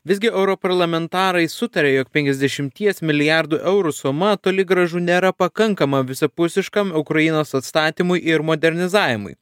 visgi europarlamentarai sutarė jog penkiasdešimties milijardų eurų suma toli gražu nėra pakankama visapusiškam ukrainos atstatymui ir modernizavimui